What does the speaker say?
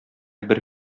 бер